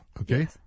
Okay